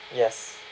yes